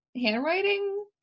handwriting